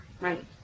Right